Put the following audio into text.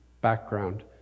background